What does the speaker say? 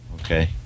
Okay